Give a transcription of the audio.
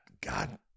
god